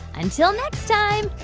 until next time,